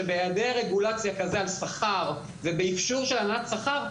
שבהיעדר רגולציה על שכר ובאפשור של הלנת שכר,